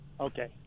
Okay